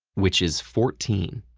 which is fourteen.